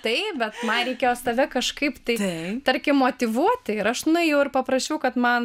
taip bet man reikėjo tave kažkaip tai tarkim motyvuoti ir aš nuėjau ir paprašiau kad man